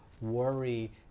Worry